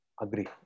Agree